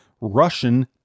Russian